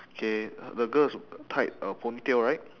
okay the girl is tied a ponytail right